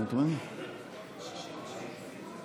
אנחנו סיימנו הצבעה על הסתייגויות לסעיף 7